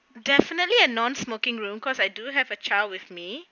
definitely a non-smoking room cause I do have a child with me